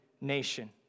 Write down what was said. nation